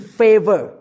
favor